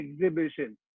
exhibition